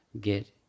get